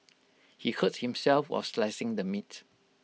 he hurt himself while slicing the meat